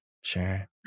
Sure